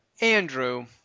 Andrew